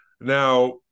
now